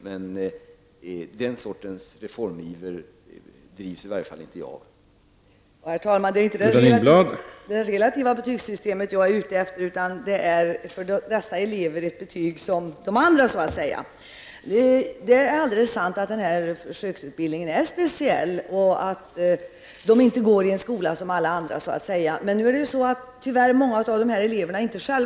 Men den sortens reformiver drivs i varje fall inte jag av.